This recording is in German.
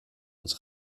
uns